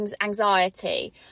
anxiety